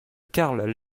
carl